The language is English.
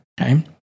Okay